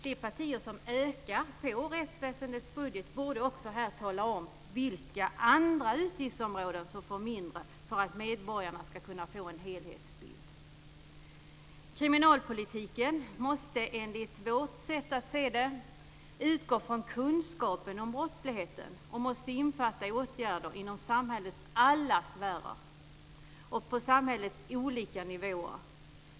De partier som ökar på rättsväsendets budget borde också tala om vilka andra utgiftsområden som får mindre för att medborgarna ska kunna få en helhetsbild. Kriminalpolitiken måste, enligt vårt sätt att se det, utgå från kunskapen om brottsligheten och måste innefatta åtgärder inom samhällets alla sfärer och på samhällets olika nivåer.